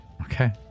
Okay